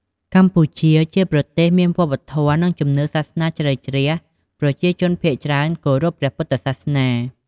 កម្ពុជា ជាប្រទេសមានវប្បធម៌ និងជំនឿសាសនាជ្រៅជ្រះ ប្រជាជនភាគច្រើនគោរពព្រះពុទ្ធសាសនា។